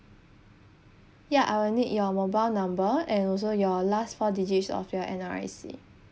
ya I will need your mobile number and also your last four digits of your N_R_I_C